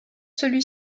celui